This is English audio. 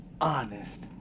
Honest